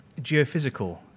geophysical